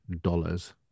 dollars